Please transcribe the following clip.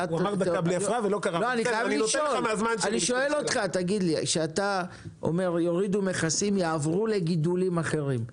אני שואל אותך תגיד לי שאתה אומר יורידו מכסים יעברו לגידולים אחרים,